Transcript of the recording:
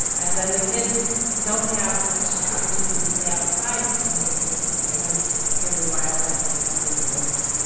and then the kids don't have much opportunity to play outside in many cases because it's fairly violent and dangerous.